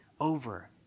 Over